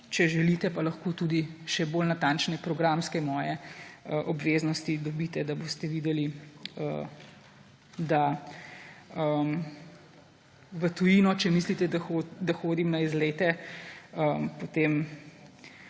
Če želite, pa lahko tudi še bolj natančne programske moje obveznosti dobite, da boste videli, da v tujino, če mislite, da hodim na izlete, potem